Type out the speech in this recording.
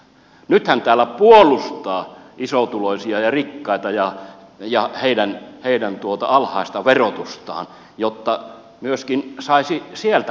nyt hän täällä puolustaa isotuloisia ja rikkaita ja heidän alhaista verotustaan jotta saisi myöskin sieltä kannattajia